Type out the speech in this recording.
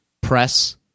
press